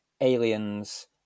aliens